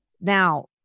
Now